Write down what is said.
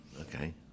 Okay